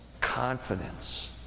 confidence